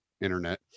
internet